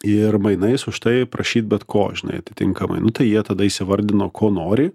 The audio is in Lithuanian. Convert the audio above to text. ir mainais už tai prašyt bet ko žinai atitinkamai nu tai jie tada įsivardina ko nori